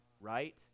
right